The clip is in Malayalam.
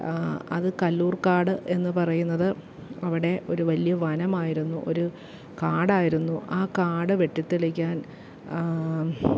അത് കല്ലൂർക്കാട് എന്നു പറയുന്നത് അവിടെ ഒരു വലിയ വനമായിരുന്നു ഒരു കാടായിരുന്നു ആ കാട് വെട്ടിത്തെളിക്കാൻ